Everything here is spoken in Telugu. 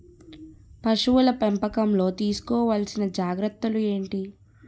పశువుల పెంపకంలో తీసుకోవల్సిన జాగ్రత్త లు ఏంటి?